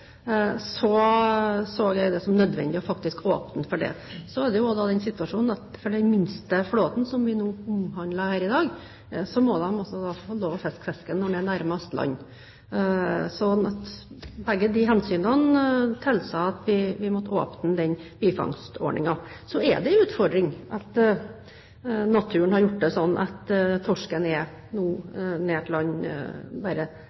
så jeg det faktisk som nødvendig å åpne for det. Så er også situasjonen for den miste flåten, som det handler om her i dag, at den må få lov å fiske fisken når den er nærmest land. Begge disse hensynene tilsa at vi måtte åpne bifangstordningen. Så er det en utfordring at naturen har gjort det sånn at torsken er nær land bare